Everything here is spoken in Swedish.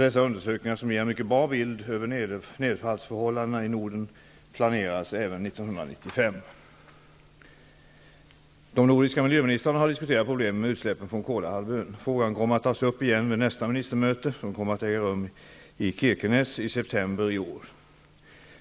Dessa undersökningar, som ger en mycket bra bild av nedfallsförhållandena i Norden, planeras även De nordiska miljöministrarna har diskuterat problemen med utsläppen från Kolahalvön. Frågan kommer att tas upp igen vid nästa ministermöte, som kommer att äga rum i Kirkenes i september i år.